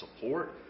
support